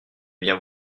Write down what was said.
viens